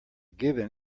given